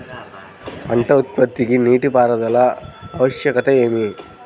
పంట ఉత్పత్తికి నీటిపారుదల ఆవశ్యకత ఏమి?